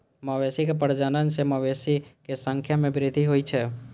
मवेशी के प्रजनन सं मवेशी के संख्या मे वृद्धि होइ छै